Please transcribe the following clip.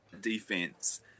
defense